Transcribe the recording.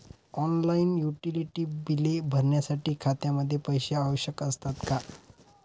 Online utility बिले भरण्यासाठी खात्यामध्ये पैसे आवश्यक असतात का?